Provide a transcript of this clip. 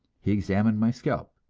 he examined my scalp,